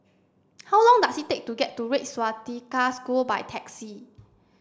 how long does it take to get to Red Swastika School by taxi